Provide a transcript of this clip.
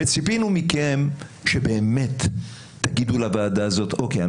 וציפינו מכם שבאמת תגידו לוועדה הזאת: אנחנו